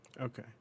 Okay